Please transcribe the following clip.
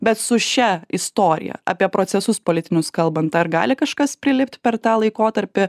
bet su šia istorija apie procesus politinius kalbant ar gali kažkas prilipt per tą laikotarpį